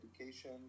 education